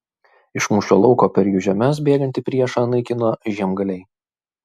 iš mūšio lauko per jų žemes bėgantį priešą naikino žiemgaliai